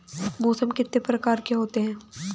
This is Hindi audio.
मौसम कितने प्रकार के होते हैं?